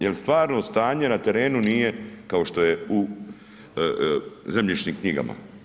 Jer stvarno stanje na terenu nije, kao što je u zemljišnim knjigama.